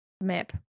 map